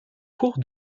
cours